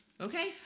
Okay